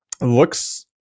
looks